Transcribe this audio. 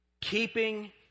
keeping